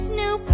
new